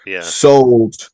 sold